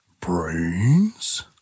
Brains